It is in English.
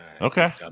Okay